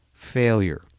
failure